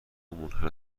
منحل